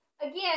again